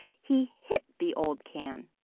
he hit the old can,